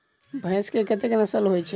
भैंस केँ कतेक नस्ल होइ छै?